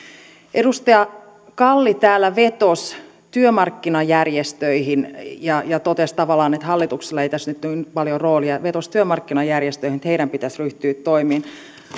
edustaja kalli täällä vetosi työmarkkinajärjestöihin ja ja totesi tavallaan että hallituksella ei tässä nyt ole paljoa roolia hän vetosi työmarkkinajärjestöihin että heidän pitäisi ryhtyä toimiin